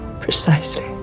precisely